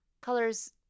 Colors